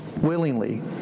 willingly